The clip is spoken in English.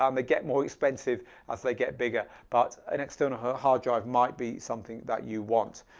um they get more expensive as they get bigger but an external hard drive might be something that you want.